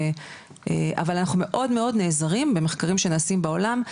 אבל אנחנו מאוד מאוד נעזרים במחקרים שנעשים בעולם,